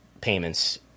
payments